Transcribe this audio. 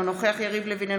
אינו נוכח יריב לוין,